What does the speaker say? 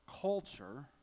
culture